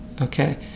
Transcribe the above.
okay